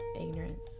ignorance